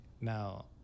now